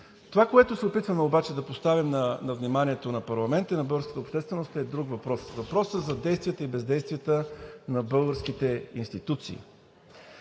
Това, което се опитваме обаче да поставим на вниманието на парламента и на българската общественост, е друг въпрос: въпросът за действията и бездействията на българските институции,